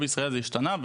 בישראל הדבר הזה השתנה,